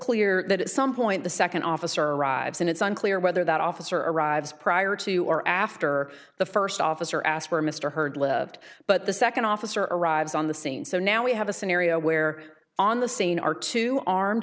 clear that at some point the second officer arrives and it's unclear whether that officer arrives prior to or after the first officer asked for mr hurd lived but the second officer arrives on the scene so now we have a scenario where on the scene are two armed